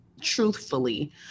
truthfully